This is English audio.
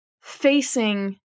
facing